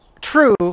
true